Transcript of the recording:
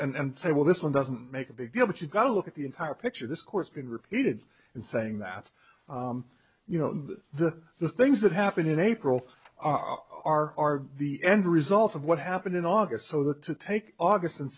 and say well this one doesn't make a big deal but you've got to look at the entire picture this course being repeated and saying that you know the the things that happened in april are the end result of what happened in august so that to take august and